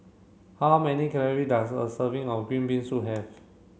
how many calorie does a serving of green bean soup have